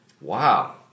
Wow